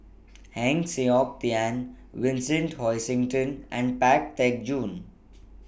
Heng Siok Tian Vincent Hoisington and Pang Teck Joon